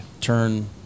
turn